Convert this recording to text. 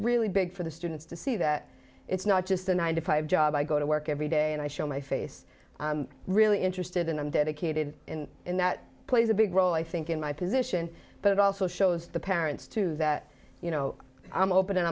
really big for the students to see that it's not just a nine to five job i go to work every day and i show my face really interested and i'm dedicated busy in in that plays a big role i think in my position but it also shows the parents too that you know i'm open and